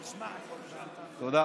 תודה.